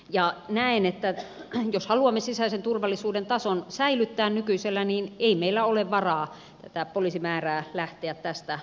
ja näen että jos haluamme sisäisen turvallisuuden tason säilyttää nykyisellään niin ei meillä ole varaa tätä poliisimäärää lähteä tästä laskemaan